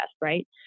right